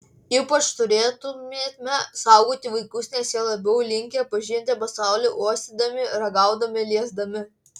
ypač turėtumėme saugoti vaikus nes jie labiau linkę pažinti pasaulį uostydami ragaudami liesdami